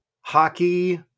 Hockey